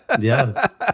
Yes